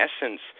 essence